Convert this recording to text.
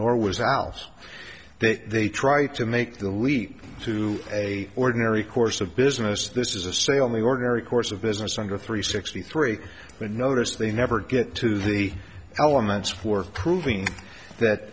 nor was alf's they they try to make the leap to a ordinary course of business this is a sale the ordinary course of business under three sixty three but notice they never get to the elements who are proving that